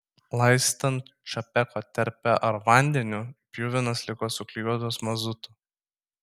laistant čapeko terpe ar vandeniu pjuvenos liko suklijuotos mazutu